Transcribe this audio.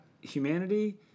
humanity